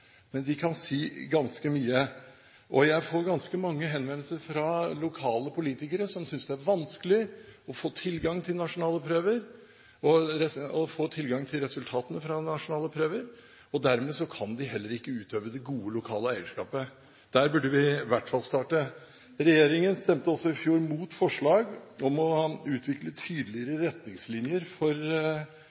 men de kan si ganske mye. Jeg får ganske mange henvendelser fra lokale politikere som synes det er vanskelig å få tilgang til nasjonale prøver og å få tilgang til resultatene fra nasjonale prøver. Dermed kan de heller ikke utøve det gode lokale eierskapet. Der burde vi i hvert fall starte. Regjeringen stemte også i fjor mot forslag om å utvikle tydeligere retningslinjer for